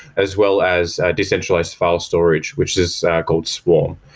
as well as decentralized file storage, which is ah called swarm.